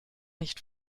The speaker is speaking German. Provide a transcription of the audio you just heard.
nicht